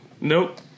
Nope